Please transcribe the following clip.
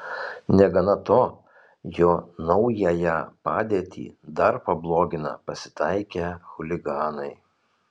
negana to jo naująją padėtį dar pablogina pasitaikę chuliganai